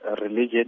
religion